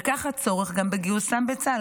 וכך הצורך גם בגיוסם בצה"ל.